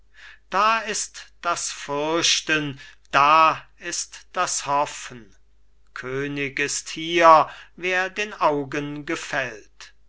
da ist das fürchten da ist das hoffen könig ist hier wer den augen gefällt